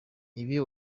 ibi